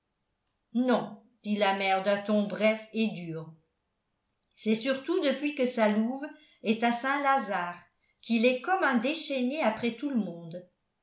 non dit la mère d'un ton bref et dur c'est surtout depuis que sa louve est à saint-lazare qu'il est comme un déchaîné après tout le monde